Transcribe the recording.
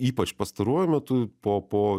ypač pastaruoju metu po po